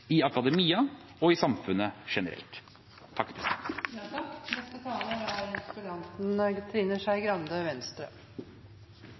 i akademia og i samfunnet generelt.